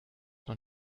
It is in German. noch